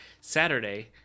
Saturday